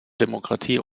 demokratie